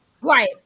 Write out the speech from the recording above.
Right